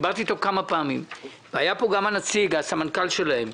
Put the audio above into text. דיברתי איתו כמה פעמים, והיה פה גם הסמנכ"ל שלהם.